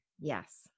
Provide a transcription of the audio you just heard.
Yes